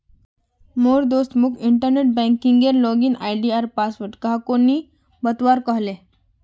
मोर दोस्त मोक इंटरनेट बैंकिंगेर लॉगिन आई.डी आर पासवर्ड काह को नि बतव्वा कह ले